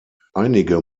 einige